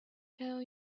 tell